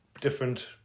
different